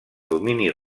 domini